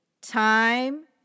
time